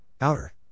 Outer